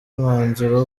umwanzuro